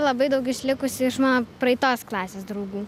labai daug išlikusių nuo praeitos klasės draugų